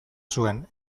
zuen